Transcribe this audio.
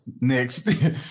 next